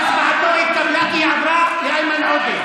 הצבעתו התקבלה, כי היא עברה לאיימן עודה.